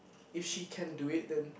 if she can do it then